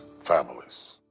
families